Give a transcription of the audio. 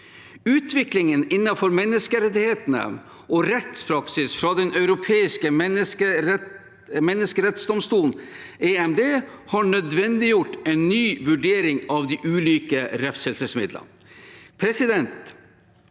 Utviklingen innenfor menneskerettighetene og rettspraksis fra Den europeiske menneskerettsdomstol, EMD, har nødvendiggjort en ny vurdering av de ulike refselsesmidlene. Arrest